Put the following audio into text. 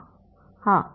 छात्र हाँ